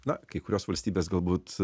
na kai kurios valstybės galbūt